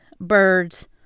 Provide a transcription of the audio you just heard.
birds